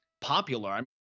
popular